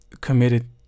committed